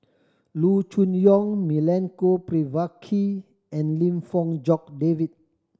Loo Choon Yong Milenko Prvacki and Lim Fong Jock David